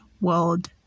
world